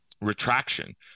retraction